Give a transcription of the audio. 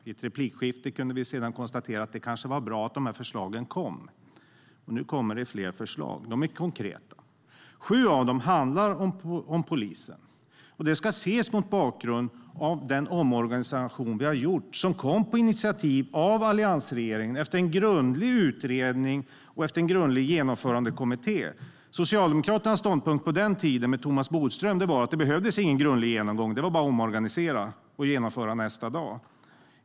I ett replikskifte kunde vi sedan konstatera att det kanske var bra att förslagen kom, och nu kommer det fler förslag. De är konkreta. Sju av dem handlar om polisen, och det ska ses mot bakgrund av den omorganisation som har gjorts och som kom till på initiativ av alliansregeringen efter en grundlig utredning och en grundlig genomförandekommitté. Socialdemokraternas ståndpunkt på den tiden, med Thomas Bodström, var att det inte behövdes någon grundlig genomgång. Det var bara att omorganisera och genomföra nästa dag.